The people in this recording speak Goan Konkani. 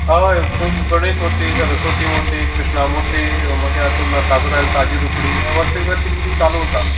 हय खूब गणेश मुर्ती सरस्वती मुर्ती कृष्णा मुर्ती मागीर आतां नरकासूर आयला ताजी रोपडी ये वर्सय भर कितें कितें चालूच उरता